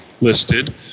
listed